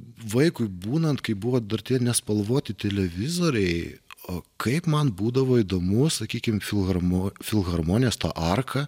vaikui būnant kai buvo dar tie nespalvoti televizoriai o kaip man būdavo įdomu sakykim filharmo filharmonijos arka